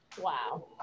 Wow